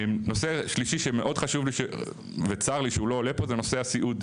נושא שלישי שמאוד חשוב לי וצר לי שהוא לא עולה פה זה נושא הסיעוד,